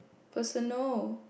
personal